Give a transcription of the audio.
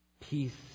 peace